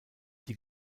die